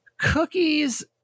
Cookies